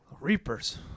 Reapers